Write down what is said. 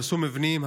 הרסו מבנים,